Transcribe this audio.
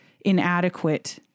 inadequate